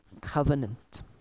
covenant